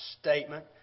statement